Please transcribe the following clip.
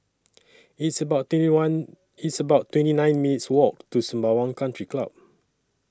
It's about twenty one It's about twenty nine minutes' Walk to Sembawang Country Club